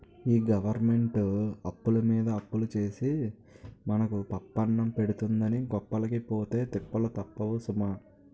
ఈ గవరమెంటు అప్పులమీద అప్పులు సేసి మనకు పప్పన్నం పెడతందని గొప్పలకి పోతే తిప్పలు తప్పవు సుమా